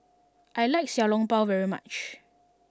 I like Xiao Long Bao very much